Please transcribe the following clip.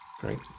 great